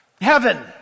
Heaven